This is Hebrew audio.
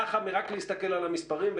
רק מלהסתכל על המספרים,